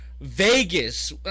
Vegas